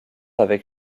avec